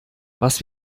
was